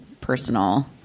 personal